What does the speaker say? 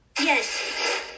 Yes